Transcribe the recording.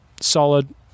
solid